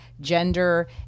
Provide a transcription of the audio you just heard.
gender